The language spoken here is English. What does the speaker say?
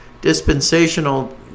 dispensational